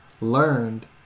learned